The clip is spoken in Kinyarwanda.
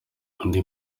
indi